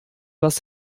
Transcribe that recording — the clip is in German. was